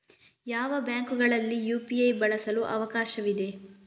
ಯಾವ ಬ್ಯಾಂಕುಗಳಲ್ಲಿ ಯು.ಪಿ.ಐ ಬಳಸಲು ಅವಕಾಶವಿದೆ?